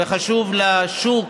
וחשוב לשוק,